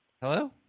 Hello